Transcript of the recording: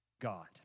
God